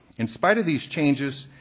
in spite of these changes,